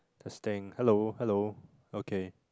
testing hello hello okay